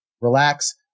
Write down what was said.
relax